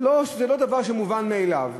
וזה לא דבר מובן מאליו,